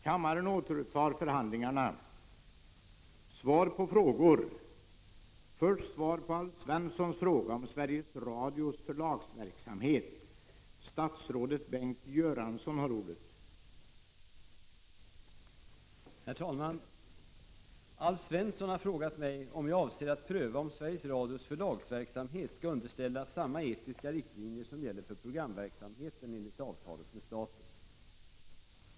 Herr talman! Alf Svensson har frågat mig om jag avser att pröva om Sveriges Radios förlagsverksamhet skall underställas samma etiska riktlinjer som gäller för programverksamheten enligt avtalet med staten.